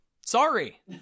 Sorry